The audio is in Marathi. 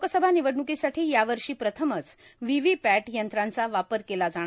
लोकसभा निवडणुकींसाठी या वर्षा प्रथमच व्हीव्हीपॅट यंत्रांचा वापर केला जाणार